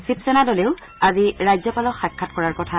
শিবসেনা দলে আজি ৰাজ্যপালক সাক্ষাৎ কৰাৰ কথা